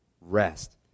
Rest